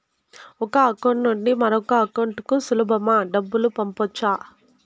ఒక అకౌంట్ నుండి మరొక అకౌంట్ కు సులభమా డబ్బులు పంపొచ్చా